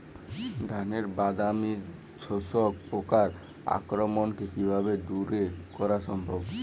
ধানের বাদামি শোষক পোকার আক্রমণকে কিভাবে দূরে করা সম্ভব?